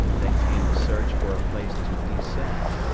then came the search for a place to descend,